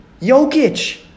Jokic